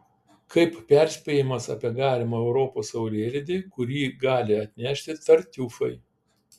kaip perspėjimas apie galimą europos saulėlydį kurį gali atnešti tartiufai